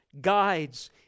guides